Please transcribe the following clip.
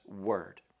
word